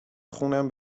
خونم